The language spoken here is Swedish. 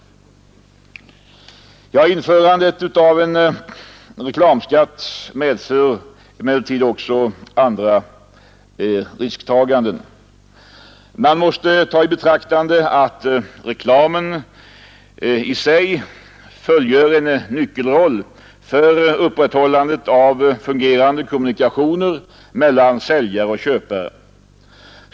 Införandet av en reklamskatt medför emellertid också andra risktaganden. Man måste ta i betraktande att reklamen i sig fullgör en nyckelroll för upprätthållandet av fungerande kommunikationer mellan säljare och köpare.